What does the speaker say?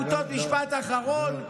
משפט אחרון,